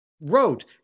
wrote